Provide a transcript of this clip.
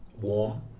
warm